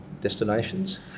destinations